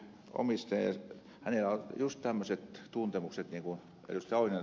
hänellä oli juuri tämmöiset tuntemukset kuin ed